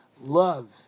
love